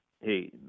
hey